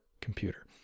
computer